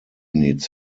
needs